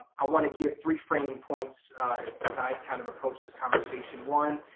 i wanna give three framing points as as i kind of approached this conversation. one,